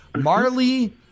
Marley